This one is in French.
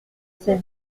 c’est